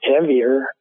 heavier